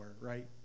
right